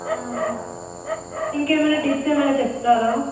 ఇంకేమైనా టిప్స్ ఏమైనా చెప్తారా